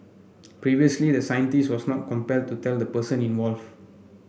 previously the scientist was not compelled to tell the person involve